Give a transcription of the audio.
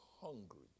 hungry